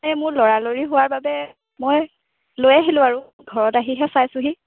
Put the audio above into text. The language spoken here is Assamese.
এই মোৰ লৰা লৰি হোৱাৰ বাবে মই লৈ আহিলোঁ আৰু ঘৰত আহিহে চাইছোঁহি